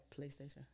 PlayStation